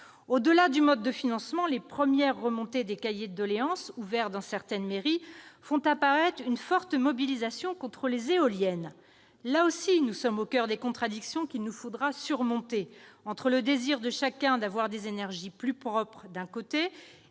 Au-delà du mode de financement, les premières remontées des cahiers de doléances ouverts dans certaines mairies font apparaître une forte mobilisation contre les éoliennes. Là aussi, nous sommes au coeur des contradictions qu'il nous faudra surmonter entre, d'un côté, le désir de chacun d'avoir des énergies plus propres, et,